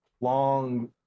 long